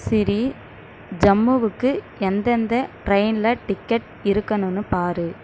சிரி ஜம்முவுக்கு எந்தெந்த ட்ரெயின்ல டிக்கெட் இருக்கணும்னு பார்